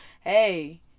Hey